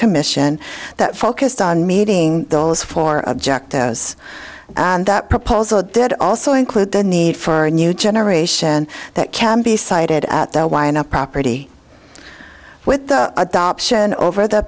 commission that focused on meeting those four object as that proposal did also include the need for a new generation that can be sited at the wind up property with the adoption over the